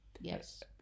yes